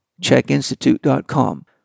Checkinstitute.com